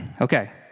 Okay